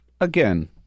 Again